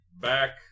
back